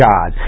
God